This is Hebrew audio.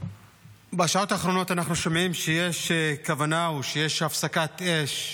בשעות האחרונות אנחנו שומעים שיש כוונה או שיש הפסקת אש,